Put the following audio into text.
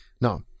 Now